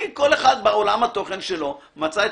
כי כל אחד בעולם התוכן שלו מצא את